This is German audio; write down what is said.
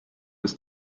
ist